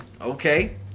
Okay